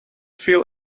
feel